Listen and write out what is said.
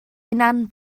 hunan